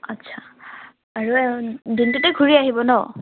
আচ্ছা আৰু দিনটোতে ঘূৰি আহিব ন